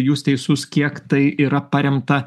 jūs teisus kiek tai yra paremta